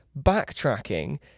backtracking